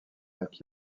acquis